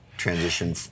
transition